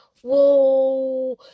whoa